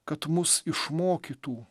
kad mus išmokytų